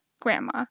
grandma